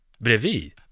brevi